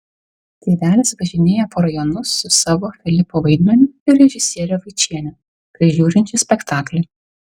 tėvelis važinėja po rajonus su savo filipo vaidmeniu ir režisiere vaičiene prižiūrinčia spektaklį